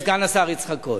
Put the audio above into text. עם סגן השר יצחק כהן.